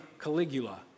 Caligula